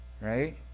right